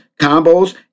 combos